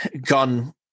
gone